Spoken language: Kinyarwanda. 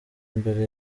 mbere